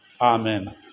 Amen